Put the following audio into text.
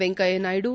Venkaiah Naidu